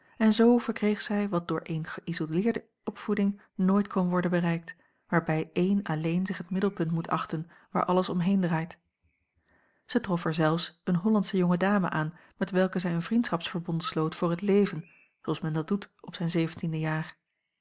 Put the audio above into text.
en z verkreeg zjj wat door eene geïsoleerde opvoeding nooit kon worden bereikt waarbij ééne alleen zich het middelpunt moet achten waar alles omheen draait zij trof er zelfs eene hollandsche jonge dame aan met welke zij een vriendschapsverbond sloot voor het leven zooals men dat doet op zijn zeventiende jaar